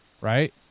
Right